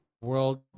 world